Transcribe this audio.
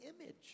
image